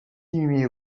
inhumé